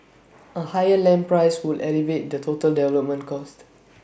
A higher land price would elevate the total development cost